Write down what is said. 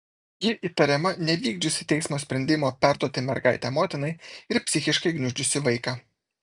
ji įtariama nevykdžiusi teismo sprendimo perduoti mergaitę motinai ir psichiškai gniuždžiusi vaiką